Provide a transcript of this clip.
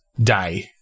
day